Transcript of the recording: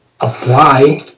apply